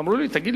ואמרו לי: תגיד,